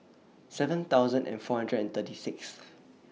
seven thousand and four hundred and thirty Sixth